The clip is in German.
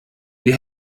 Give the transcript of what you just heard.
die